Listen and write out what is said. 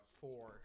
four